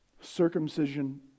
circumcision